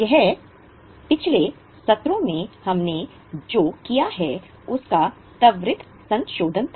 यह पिछले सत्रों में हमने जो किया है उसका त्वरित संशोधन था